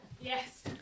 Yes